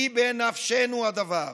כי בנפשנו הדבר.